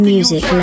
Music